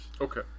Okay